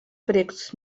precs